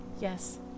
Yes